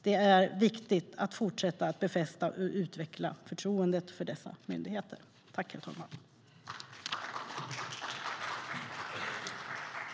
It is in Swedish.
Det är viktigt att fortsätta befästa och utveckla förtroendet för dessa myndigheter.